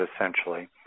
essentially